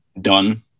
done